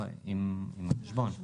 לא, עם חשבון בנק.